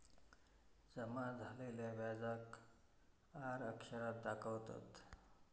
जमा झालेल्या व्याजाक आर अक्षरात दाखवतत